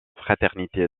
fraternité